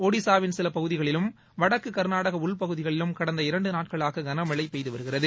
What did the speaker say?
ஒடிசாவின் சில பகுதிகளிலும் வடக்கு கா்நாடக உள் பகுதிகளிலும் கடந்த இரண்டு நாட்களாக கனமழை பெய்து வருகிறது